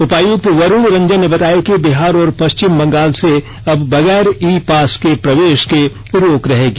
उपायुक्त वरूण रंजन ने बताया कि बिहार और पश्चिम बंगाल से अब बगैर ई पास के प्रवेश के रोक रहेगी